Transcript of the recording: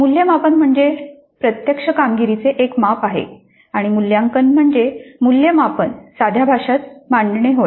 मूल्यमापन म्हणजे प्रत्यक्ष कामगिरीचे एक माप आहे आणि मूल्यांकन म्हणजे मूल्यमापन साध्या भाषेत मांडणे होय